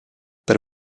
per